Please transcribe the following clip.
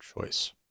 choice